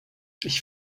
ich